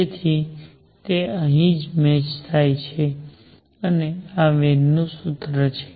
તેથી તે અહીં જ મેચ થાય છે અને આ વેન નું સૂત્ર છે